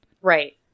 Right